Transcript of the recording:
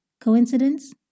Coincidence